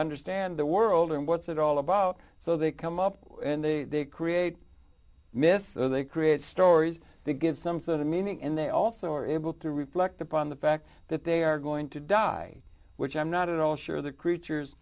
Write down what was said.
understand the world and what's it all about so they come up and they create miss they create stories they give some sort of meaning and they also are able to reflect upon the fact that they are going to die which i'm not at all sure that creatures